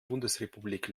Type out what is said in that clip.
bundesrepublik